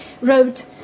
wrote